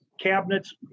cabinets